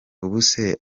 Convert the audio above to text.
ubuse